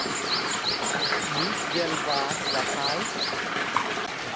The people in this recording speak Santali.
ᱢᱤᱫᱜᱮᱞ ᱵᱟᱨ ᱫᱟᱸᱥᱟᱭ